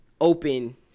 open